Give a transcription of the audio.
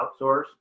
outsource